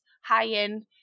high-end